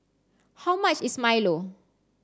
how much is Milo